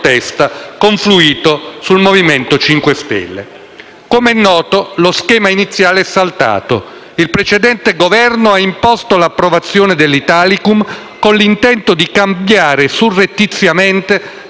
Com'è noto, lo schema iniziale è saltato. Il precedente Governo ha imposto l'approvazione dell'Italicum, con l'intento di cambiare surrettiziamente la forma di Governo introducendo dalla finestra